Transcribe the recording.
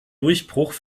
durchbruch